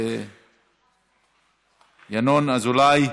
ינון אזולאי,